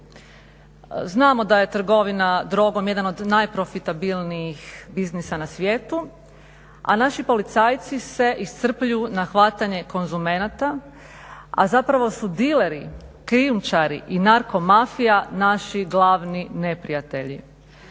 Znamo da je trgovina drogom jedan od najprofitabilnijih biznisa na svijetu, a naši policajci se iscrpljuju na hvatanje konzumenata, a zapravo su dileri, krijumčari i narkomafija naši glavni neprijatelji.